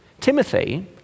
Timothy